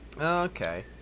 Okay